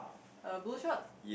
a blue shorts